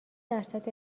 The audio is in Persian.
درصد